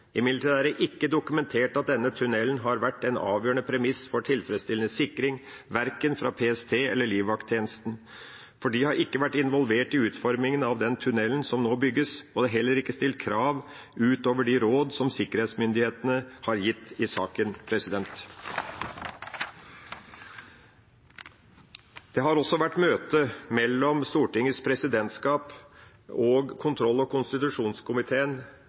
Imidlertid er det ikke dokumentert at denne tunnelen har vært en avgjørende premiss for tilfredsstillende sikring fra verken PST eller livvakttjenesten, for de har ikke vært involvert i utformingen av den tunnelen som nå bygges, og det er heller ikke stilt krav utover de råd som sikkerhetsmyndighetene har gitt i saken. Det var også møte mellom Stortingets presidentskap, kontroll- og konstitusjonskomiteen